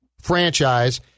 franchise